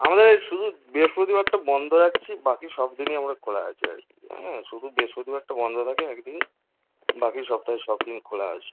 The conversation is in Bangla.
আমাদের শুধু বৃহস্পতিবারটা বন্ধ আছে বাকি সব দিনই আমাদের খোলা আছে আর কি শুধু বৃহস্পতিবারটা বন্ধ থাকে একদিন বাকি সপ্তাহে সব দিন খোলা আছে